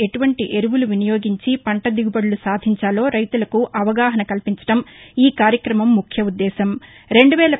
ఎటువంటి ఎరువులు వినియోగించి పంట దిగుబడులు సాధించాలో రైతులకు అవగాహన కల్పించడం ఈ కార్యక్రమ ముఖ్యోద్దేశం